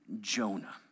Jonah